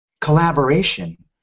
collaboration